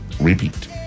repeat